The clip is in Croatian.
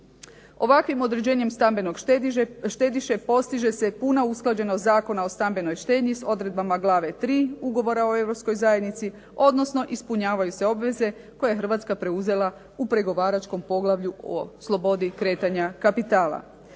Ovakvim određenjem stambenog štediše postiže se puna usklađenost Zakona o stambenoj štednji s odredbama glave 3. Ugovora o Europskoj zajednici odnosno ispunjavaju se obveze koje je Hrvatska preuzela u pregovaračkom poglavlju o slobodi kretanja kapitala.